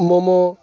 momo